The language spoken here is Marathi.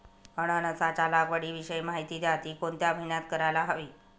अननसाच्या लागवडीविषयी माहिती द्या, ति कोणत्या महिन्यात करायला हवी?